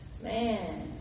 man